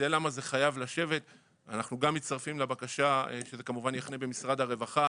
אנחנו גם מצטרפים לבקשה שזה כמובן יחנה במשרד הרווחה,